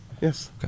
Yes